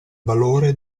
valore